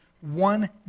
one